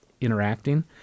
interacting